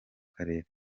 karere